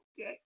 okay